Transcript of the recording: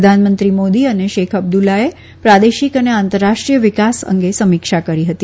પ્રધાનમંત્રી મોદી અને શેખ અબદુલ્લાએ પ્રાદેશિક અને આંતરરાષ્ટ્રીય વિકાસ અંગે સમીક્ષા કરી હતી